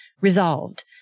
Resolved